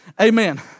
amen